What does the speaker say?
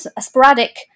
sporadic